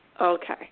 Okay